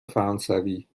فرانسوی